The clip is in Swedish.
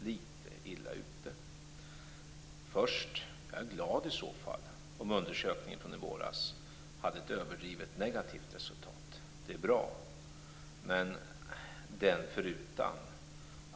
Jag vill först säga att jag är glad om resultatet från undersökningen i våras inte var fullt så negativt.